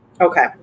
Okay